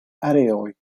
areoj